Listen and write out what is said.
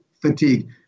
fatigue